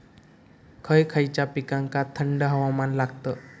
खय खयच्या पिकांका थंड हवामान लागतं?